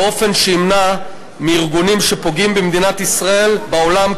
באופן שימנע מארגונים שפוגעים במדינת ישראל בעולם,